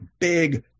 big